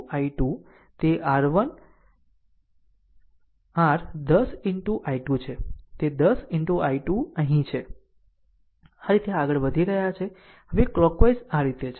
આમ 10 into I2 તેR 10 into I2 છે અહીં 10 into I2 અહીં છે આ રીતે આગળ વધી રહ્યા છે હવે કલોકવાઈઝ આ રીતે છે